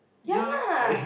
ya lah